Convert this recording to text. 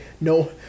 no